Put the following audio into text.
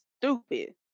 stupid